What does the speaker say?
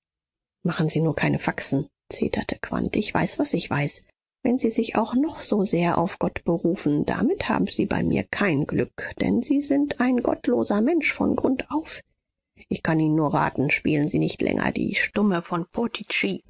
machen sie nur keine faxen zeterte quandt ich weiß was ich weiß wenn sie sich auch noch so sehr auf gott berufen damit haben sie bei mir kein glück denn sie sind ein gottloser mensch von grund auf ich kann ihnen nur raten spielen sie nicht länger die stumme von